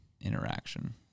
interaction